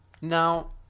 Now